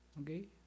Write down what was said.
Okay